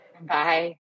Bye